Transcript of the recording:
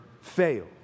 fail